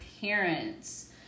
parents